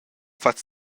fatgs